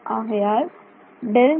ஆகையால் ∇